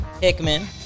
Hickman